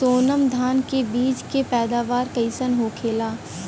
सोनम धान के बिज के पैदावार कइसन होखेला?